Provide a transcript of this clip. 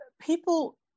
people